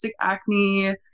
acne